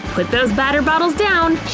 but those batter bottles down!